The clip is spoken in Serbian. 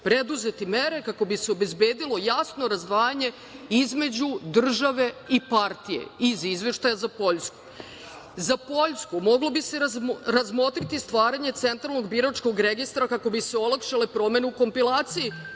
preduzeti mere kako bi se obezbedilo jasno razdvajanje između države i partije. Za Poljsku - moglo bi se razmotriti stvaranje centralnog biračkog registra kako bi se olakšale promene u kompilaciji